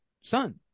son